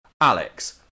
Alex